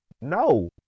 no